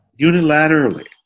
unilaterally